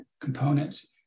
components